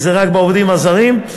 זה רק בעובדים הזרים.